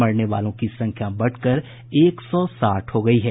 मरने वालों की संख्या बढ़कर एक सौ साठ हो गयी है